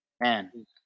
man